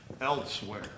elsewhere